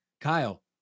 Kyle